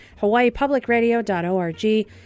hawaiipublicradio.org